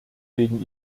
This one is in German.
wegen